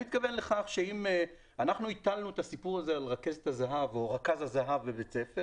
אנחנו הטלנו את הסיפור הזה על רכזת או רכז הזה"ב בבית הספר